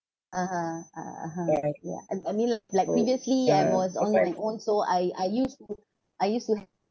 (uh huh) (uh huh) ya I I mean like previously I was on my own so I I used to I used to have